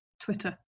Twitter